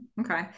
okay